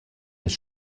las